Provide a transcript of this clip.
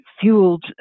fueled